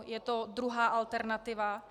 Je to druhá alternativa.